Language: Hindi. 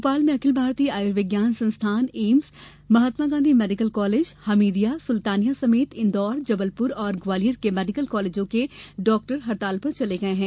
भोपाल में अखिल भारतीय आर्युविज्ञान संस्थान AIIMS Mahatma Gandhi medical college Hamidia Sultania समेत इंदौर जबलपुर और ग्वालियर के मेडिकल कॉलेजों के डॉक्टर हड़ताल पर चले गए हैं